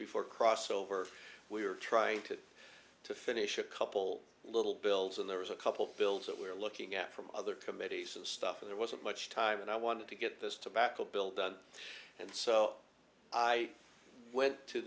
before crossover we were trying to finish a couple little bills and there was a couple bills that we're looking at from other committees and stuff there wasn't much time and i wanted to get this tobacco bill done and so i went to